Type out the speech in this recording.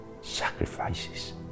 sacrifices